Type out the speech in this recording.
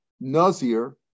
Nazir